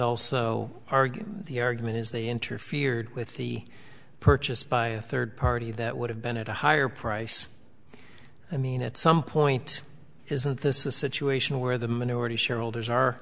also argue the argument is they interfered with the purchase by a third party that would have been at a higher price i mean at some point isn't this a situation where the minority shareholders are